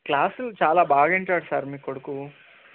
క్లాసులు చాలా బాగా వింటాడు సార్ మీ కొడుకు